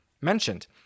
mentioned